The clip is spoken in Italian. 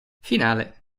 finale